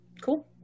Cool